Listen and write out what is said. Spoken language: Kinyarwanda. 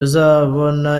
uzabona